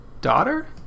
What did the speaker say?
daughter